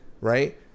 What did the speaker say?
right